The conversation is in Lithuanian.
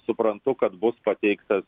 suprantu kad bus pateiktas